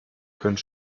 können